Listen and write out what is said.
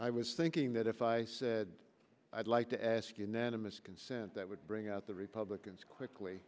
i was thinking that if i said i'd like to ask unanimous consent that would bring out the republicans quickly